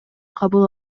кабыл